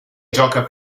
gioca